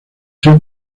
ser